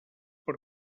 per